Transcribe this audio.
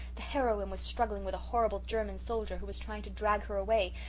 the heroine was struggling with a horrible german soldier who was trying to drag her away.